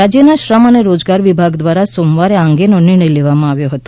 રાજ્યના શ્રમ અને રોજગાર વિભાગ દ્વારા સોમવારે આ અંગેનો નિર્ણય લેવામાં આવ્યો હતો